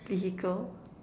vehicle